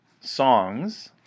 songs